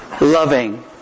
loving